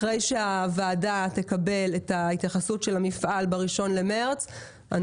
אחרי שהוועדה תקבל את התייחסות המפעל ב-01.03.2022,